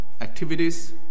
activities